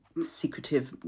secretive